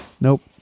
Nope